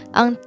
ang